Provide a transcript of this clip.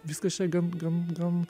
viskas čia gan gan gan